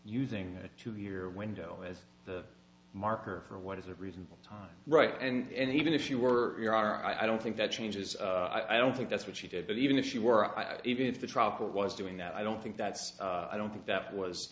using a two year window as the marker for what is a reasonable time right and even if you were you are i don't think that changes i don't think that's what she did but even if she were even if the truck was doing that i don't think that's i don't think that was